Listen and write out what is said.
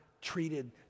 treated